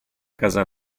casa